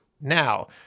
Now